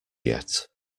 yet